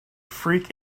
freak